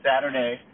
saturday